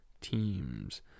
teams